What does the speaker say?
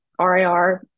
RIR